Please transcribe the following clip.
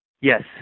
Yes